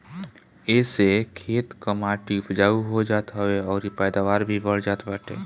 एसे खेत कअ माटी उपजाऊ हो जात हवे अउरी पैदावार भी बढ़ जात बाटे